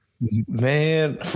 man